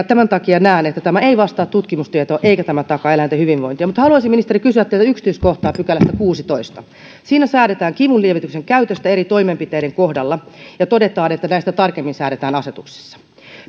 tämän takia näen että tämä ei vastaa tutkimustietoa eikä tämä takaa eläinten hyvinvointia haluaisin kuitenkin ministeri kysyä teiltä yksityiskohtaa pykälästä kuudentenatoista siinä säädetään kivunlievityksen käytöstä eri toimenpiteiden kohdalla ja todetaan että näistä tarkemmin säädetään asetuksissa